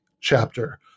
chapter